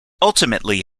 ultimately